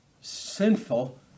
sinful